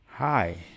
Hi